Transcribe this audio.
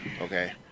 Okay